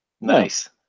nice